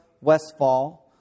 Westfall